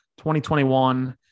2021